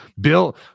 Bill